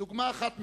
דוגמה אחת,